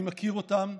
אני מכיר אותם,